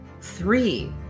Three